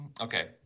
Okay